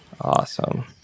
Awesome